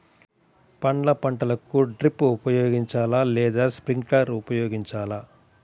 పండ్ల పంటలకు డ్రిప్ ఉపయోగించాలా లేదా స్ప్రింక్లర్ ఉపయోగించాలా?